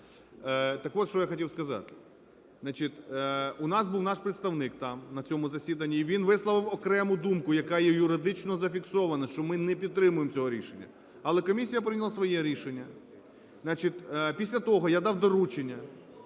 Так от, що я хотів сказати. У нас був наш представник там на цьому засіданні і він висловив окрему думку, яка є юридично зафіксована, що ми не підтримуємо цього рішення, але комісія прийняла своє рішення. Значить, після того я дав доручення